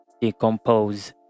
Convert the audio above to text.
Decompose